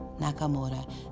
Nakamura